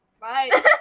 Bye